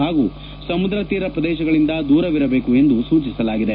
ಹಾಗೂ ಸಮುದ್ರ ತೀರ ಪ್ರದೇಶಗಳಿಂದ ದೂರವಿರಬೇಕು ಎಂದು ಸೂಚಿಸಲಾಗಿದೆ